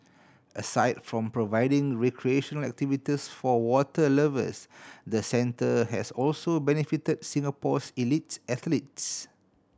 aside from providing recreational activities for water lovers the centre has also benefit Singapore's elites athletes